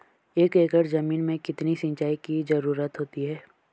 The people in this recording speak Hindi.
एक एकड़ ज़मीन में कितनी सिंचाई की ज़रुरत होती है?